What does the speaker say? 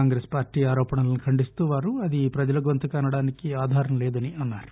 కాంగ్రెస్ ఆరోపణలను ఖండిస్తూ వారు అది ప్రజల గొంతు అనడానికి ఆధారం లేదన్నారు